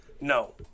No